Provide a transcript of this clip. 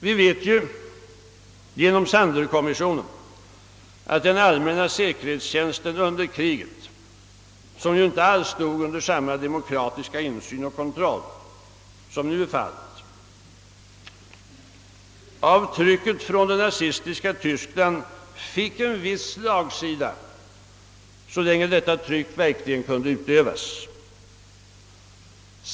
Vi vet ju genom Sandler-kommissionen att den allmänna säkerhetstjänsten under kriget, som ju inte alls stod under samma demokratiska insyn och kontroll som nu, av trycket från det nazistiska Tyskland fick en viss slagsida så länge detta tryck kunde utövas.